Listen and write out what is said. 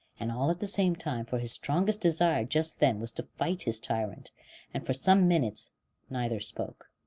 and all at the same time, for his strongest desire just then was to fight his tyrant and for some minutes neither spoke.